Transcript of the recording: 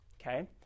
okay